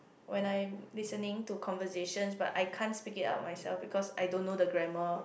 when I'm listening to conversations but I can't speak it up myself because I don't know the grammar